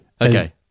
Okay